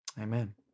Amen